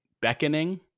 beckoning